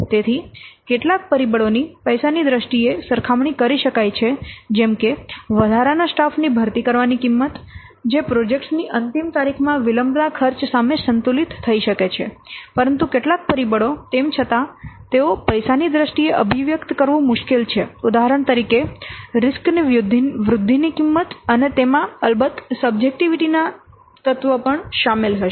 તેથી કેટલાક પરિબળોની પૈસાની દ્રષ્ટિએ સરખામણી કરી શકાય છે જેમ કે વધારાના સ્ટાફની ભરતી કરવાની કિંમત જે પ્રોજેક્ટ્સની અંતિમ તારીખમાં વિલંબના ખર્ચ સામે સંતુલિત થઈ શકે છે પરંતુ કેટલાક પરિબળો તેમ છતાં તેઓ પૈસાની દ્રષ્ટિએ અભિવ્યક્ત કરવું મુશ્કેલ છે ઉદાહરણ તરીકે રીસ્ક ની વૃદ્ધિ ની કિંમત અને તેમાં અલબત્ત સબજેક્ટીવીટી ના તત્વ પર શામેલ હશે